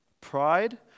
pride